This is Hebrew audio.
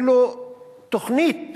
אפילו תוכנית